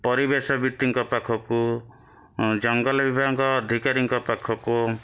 ପରିବେଶଭିତ୍ତିଙ୍କ ପାଖକୁ ଜଙ୍ଗଲ ବିଭାଗଙ୍କ ଅଧିକାରୀଙ୍କ ପାଖକୁ